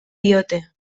diote